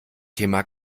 thema